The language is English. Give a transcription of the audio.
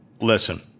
Listen